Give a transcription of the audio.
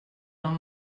d’un